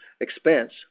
expense